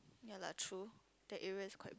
ya lah true that area is quite